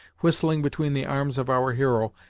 whistling between the arms of our hero,